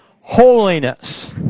holiness